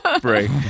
break